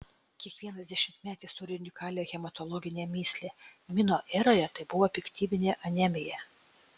kiekvienas dešimtmetis turi unikalią hematologinę mįslę mino eroje tai buvo piktybinė anemija